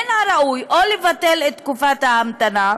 מן הראוי או לבטל את תקופת ההמתנה,